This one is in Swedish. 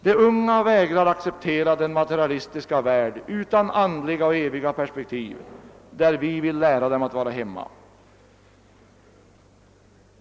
De unga vägrar att acceptera den materialistiska värld utan andliga och eviga perspektiv, i vilken vi vill lära dem att vara hemma.